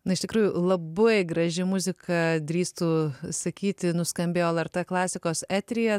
na iš tikrųjų labai graži muzika drįstu sakyti nuskambėjo lrt klasikos eteryje